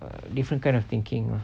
a different kind of thinking